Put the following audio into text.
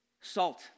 Salt